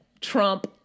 trump